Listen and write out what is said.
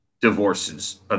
divorces –